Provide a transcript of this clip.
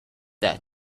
that